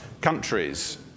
countries